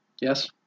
Yes